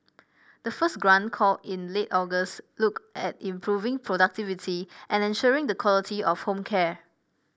the first grant call in late August looked at improving productivity and ensuring the quality of home care